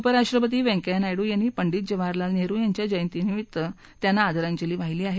उपराष्ट्रपती व्यंकय्या नायडू यांनी पंडित जवाहरलाल नेहरु यांच्या जयंतीनिमित्त त्यांना आदरांजली वाहिली आहे